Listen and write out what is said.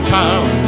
town